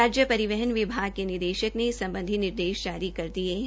राज्य परिवहन विभाग के निदेशक ने इस सम्बधी निर्देश जारी कर दिये है